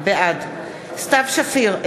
בעד סתיו שפיר,